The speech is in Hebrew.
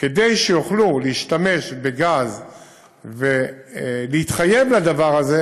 כדי שיוכלו להשתמש בגז ולהתחייב לדבר הזה,